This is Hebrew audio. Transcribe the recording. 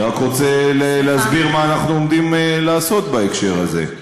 אני רק רוצה להסביר מה אנחנו עומדים לעשות בהקשר הזה.